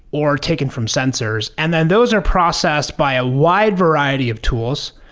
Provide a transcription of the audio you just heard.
or taken from sensors. and then those are processed by a wide variety of tools,